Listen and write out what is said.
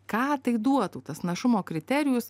ką tai duotų tas našumo kriterijus